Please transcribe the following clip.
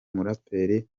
muraperi